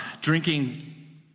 drinking